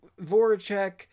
Voracek